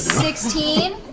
sixteen.